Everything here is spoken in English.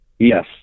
Yes